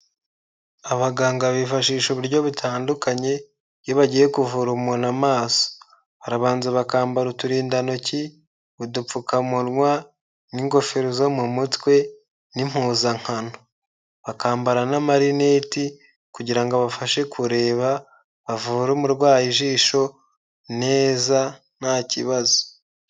Abaganga bifashisha uburyo butandukanye iyo bagiye kuvura umuntu amaso, barabanza bakambara uturindantoki, udupfukamunwa n'ingofero zo mu mutwe n'impuzankano, bakambara n'amarineti kugira ngo abafashe kureba bavure umurwayi ijisho neza nta kibazo.